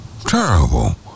terrible